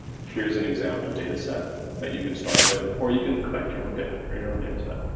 here is an example dataset that you can start with, or you can collect your own data for your own dataset.